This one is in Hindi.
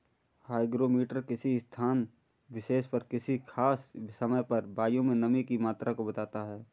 हाईग्रोमीटर किसी स्थान विशेष पर किसी खास समय पर वायु में नमी की मात्रा को बताता है